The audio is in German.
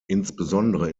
insbesondere